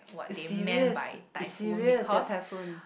is serious is serious their typhoon